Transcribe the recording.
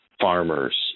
farmers